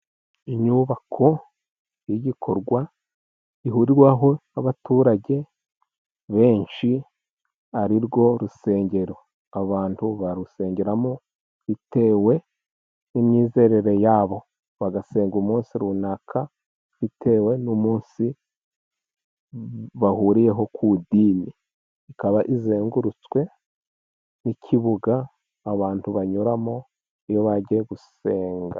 Inyubako y'igikorwa ihurirwaho n'abaturage benshi ari rwo rusengero, abantu barusengeramo bitewe n'imyizerere yabo, bagasenga umunsi runaka, bitewe n'umunsi bahuriyeho ku idini, ikaba izengurutswe n'ikibuga abantu banyuramo, iyo bagiye gusenga.